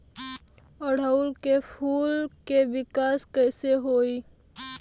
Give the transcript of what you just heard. ओड़ुउल के फूल के विकास कैसे होई?